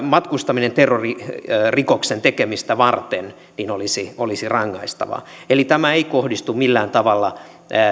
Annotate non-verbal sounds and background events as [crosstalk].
[unintelligible] matkustaminen terroririkoksen tekemistä varten olisi olisi rangaistavaa eli tämä ei kohdistu millään tavalla